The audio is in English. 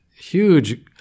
huge